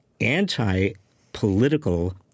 anti-political